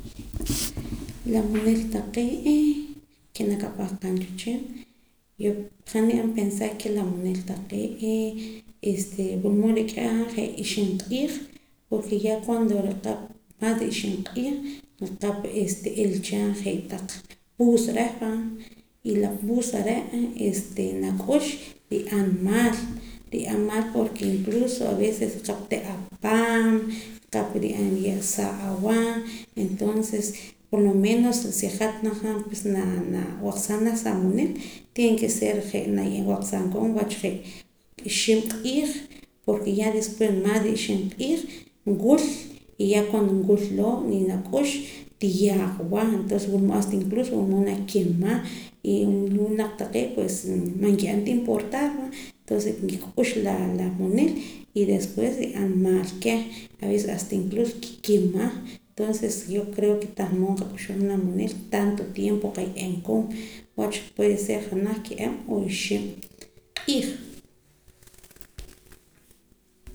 La munil taqee' ke naak apahqaam cha wehchin ha ni'an pensar ke la munil taqee' este wula mood nrik'a je' ixib' q'iij porke cuando ya maas de ixib' q'iij nqap n'ila cha je' taq puus reh va y la puus are' nak'ux nri'an maal nri'an maal porke inclusos aveces nriqap te' apaam nriqap nriye' saa' awah entonces por lo menos si hat najaam nawaqsaam janaj sa amunil tiene ke ser je' nawaqsaam koon wach je'' ixib' q'iij porke ya despues maas de ixib' q'iij nwul y ya cuando nwul loo' nak'ux tiyaajwa entonces wula mood hasta incluso hasta nakimak y wula winaq taqee' pues man nki'an ta importar va entonces nkik'ux la munil y despues nri'an maal kieh aveces hasta incluso kikima entonces yo creo ke tah mood nqak'uxum janaj munil tanto tiempo qaye'em koon wach puede ser janaj kiab' o ixib' q'iij